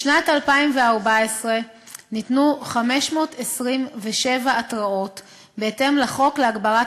בשנת 2014 ניתנו 527 התראות בהתאם לחוק להגברת